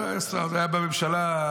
היה בממשלה.